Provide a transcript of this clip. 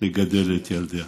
לגדל את ילדיה,